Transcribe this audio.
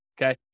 Okay